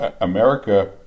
America